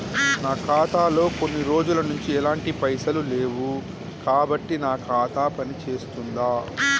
నా ఖాతా లో కొన్ని రోజుల నుంచి ఎలాంటి పైసలు లేవు కాబట్టి నా ఖాతా పని చేస్తుందా?